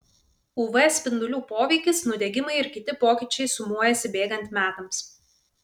uv spindulių poveikis nudegimai ir kiti pokyčiai sumuojasi bėgant metams